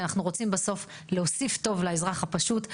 כי אנחנו רוצים בסוף להוסיף טוב לאזרח הפשוט,